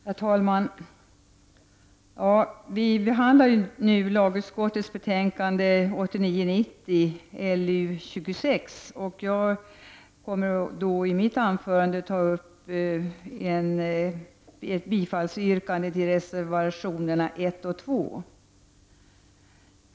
Herr talman! Vi behandlar nu lagutskottets betänkande 1989/90:LU26, och jag kommer i mitt anförande att ta upp ett bifallsyrkande till reservationerna 1 och 2.